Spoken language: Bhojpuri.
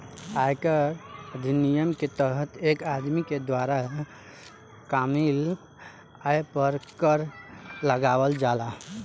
आयकर अधिनियम के तहत एक आदमी के द्वारा कामयिल आय पर कर लगावल जाला